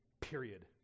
period